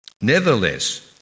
Nevertheless